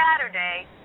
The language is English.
Saturday